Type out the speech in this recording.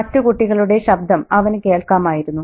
മറ്റു കുട്ടികളുടെ ശബ്ദം അവന് കേൾക്കാമായിരുന്നു